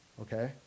Okay